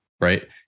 right